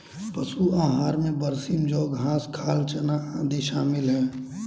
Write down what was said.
पशु आहार में बरसीम जौं घास खाल चना आदि शामिल है